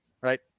right